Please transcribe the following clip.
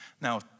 Now